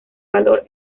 valor